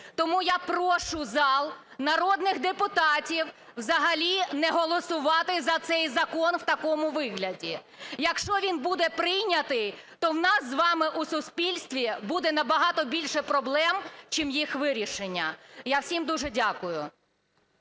Тому я прошу зал, народних депутатів узагалі не голосувати за цей закон у такому вигляді. Якщо він буде прийнятий, то в нас з вами у суспільстві буде набагато більше проблем, чим їх вирішення. Я всім дуже дякую.